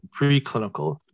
preclinical